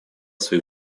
свои